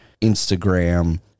Instagram